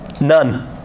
None